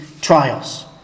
trials